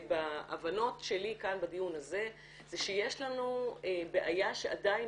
ההבנות שלי כאן בדיון הזה זה שיש לנו בעיה שעדיין